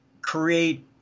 create